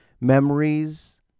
memories